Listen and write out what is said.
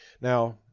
now